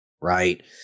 right